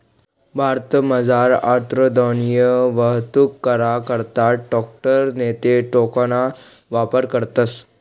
भारतमझार अन्नधान्यनी वाहतूक करा करता ट्रॅकटर नैते ट्रकना वापर करतस